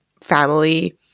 family